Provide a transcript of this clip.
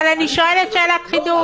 אני שואלת שאלת חידוד.